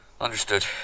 Understood